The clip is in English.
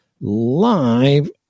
live